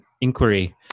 inquiry